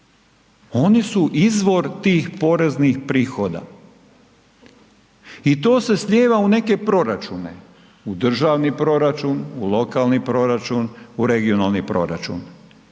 Oni su izvor tih poreznih prihoda i to se slijeva u neke proračune, u državni proračun, u lokalni proračun, u regionalni proračun.